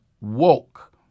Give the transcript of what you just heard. woke